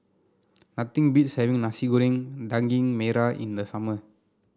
nothing beats having Nasi Goreng Daging Merah in the summer